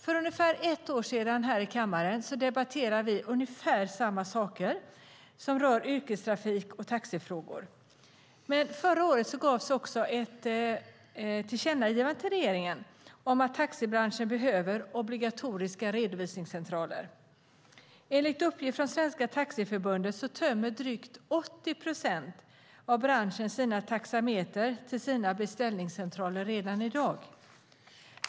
För omkring ett år sedan debatterade vi i kammaren ungefär samma saker som rör yrkestrafik och taxifrågor. Förra året gavs ett tillkännagivande till regeringen om att taxibranschen behöver obligatoriska redovisningscentraler. Enligt uppgift från Svenska Taxiförbundet tömmer drygt 80 procent av branschen sina taxametrar till sina beställningscentraler redan i dag.